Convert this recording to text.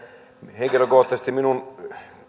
henkilökohtaisesti minun